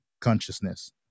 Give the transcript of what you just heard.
consciousness